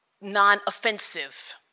non-offensive